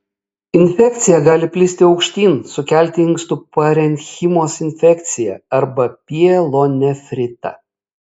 infekcija gali plisti aukštyn sukelti inkstų parenchimos infekciją arba pielonefritą